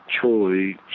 truly